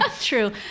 True